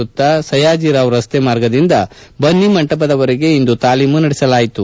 ವೃತ್ತ ಸಯ್ಥಾಜರಾವ್ ರಸ್ತೆ ಮಾರ್ಗದಿಂದ ಬನ್ನಿಮಂಟಪದವರೆಗೆ ಇಂದು ತಾಲೀಮು ನಡೆಸಲಾಯಿತು